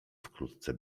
wkrótce